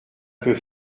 peut